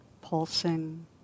pulsing